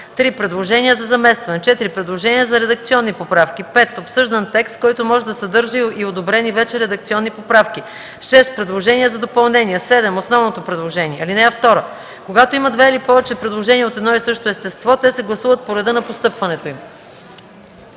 3. предложения за заместване; 4. предложения за редакционни поправки; 5. обсъждан текст, който може да съдържа и одобрени вече редакционни поправки; 6. предложения за допълнения; 7. основното предложение. (2) Когато има две или повече предложения от едно и също естество, те се гласуват по реда на постъпването им.”